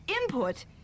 Input